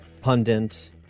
pundit